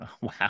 Wow